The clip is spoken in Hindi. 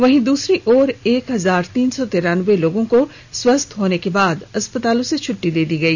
वहीं दूसरी ओर एक हजार तीन सौ तिरानबे लोगों को स्वस्थ होने के बाद अस्पतालों से छुट्टी दे दी गई